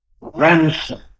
Ransom